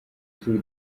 tour